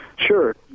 Sure